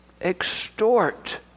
extort